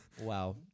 Wow